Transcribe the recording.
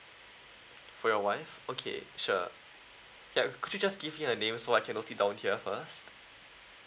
for your wife okay sure yup could you just give you a name so I can note it down here first